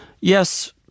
Yes